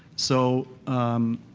so, um,